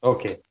Okay